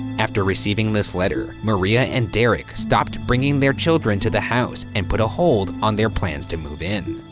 after receiving this letter, maria and derek stopped bringing their children to the house and put a hold on their plans to move in.